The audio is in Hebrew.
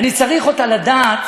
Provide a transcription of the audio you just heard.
אני צריך אותה כדי לדעת